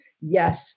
yes